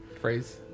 Phrase